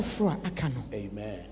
Amen